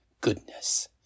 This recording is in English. goodness